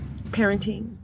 parenting